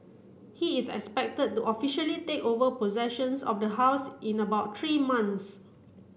he is expected to officially take over possessions of the house in about three months